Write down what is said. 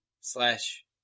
slash